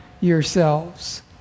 yourselves